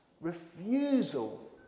Refusal